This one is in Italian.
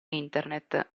internet